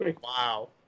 Wow